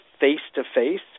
face-to-face